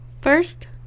First